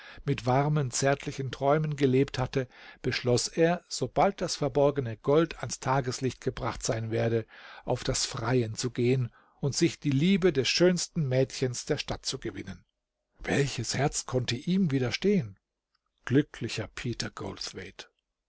mit warmen zärtlichen träumen gelebt hatte beschloß er sobald das verborgene gold ans tageslicht gebracht sein werde auf das freien zu gehen und sich die liebe des schönsten mädchen der stadt zu gewinnen welches herz konnte ihm wiederstehen glücklicher peter